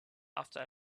after